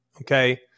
Okay